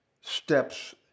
steps